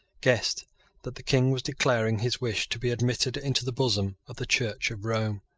guessed that the king was declaring his wish to be admitted into the bosom of the church of rome.